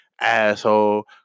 asshole